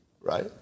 right